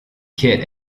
kit